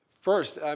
First